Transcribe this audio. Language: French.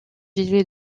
délai